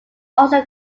also